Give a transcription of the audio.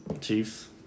Chiefs